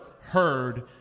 heard